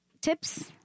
tips